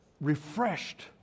refreshed